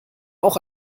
auch